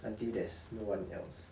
until there's no one else